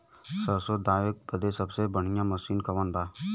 सरसों दावे बदे सबसे बढ़ियां मसिन कवन बा?